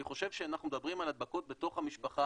אני חושב שאנחנו מדברים על הדבקות בתוך המשפחה,